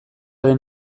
den